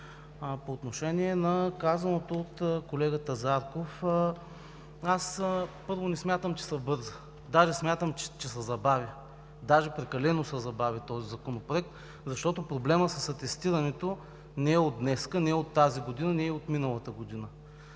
По отношение на казаното от колегата Зарков. Не смятам, че се бърза. Смятам, че се забавя, даже прекалено се забави този законопроект, защото проблемът с атестирането не е от днес, не е от тази година, не е и от миналата година.